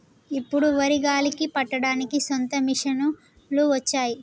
ఇప్పుడు వరి గాలికి పట్టడానికి సొంత మిషనులు వచ్చినాయి